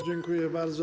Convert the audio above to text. Dziękuję bardzo.